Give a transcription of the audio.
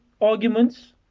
arguments